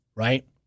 right